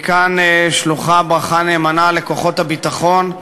מכאן שלוחה ברכה נאמנה לכוחות הביטחון,